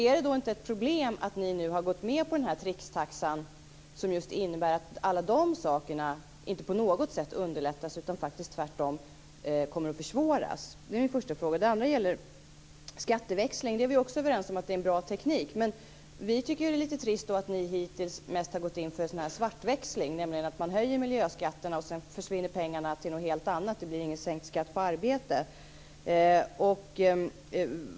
Är det då inte ett problem att ni nu har gått med på den här trixtaxan, som just innebär att allt detta inte på något sätt underlättas utan faktiskt tvärtom kommer att försvåras? Det är min första fråga. Den andra gäller skatteväxling. Där är vi överens om att det är en bra teknik. Men vi tycker att det är lite trist att ni hittills mest har gått in för en svartväxling, nämligen att man höjer miljöskatterna och sedan försvinner pengarna till något helt annat utan att det blir någon sänkt skatt på arbete.